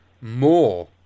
more